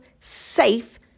safe